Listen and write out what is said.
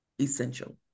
essential